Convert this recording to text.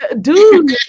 Dude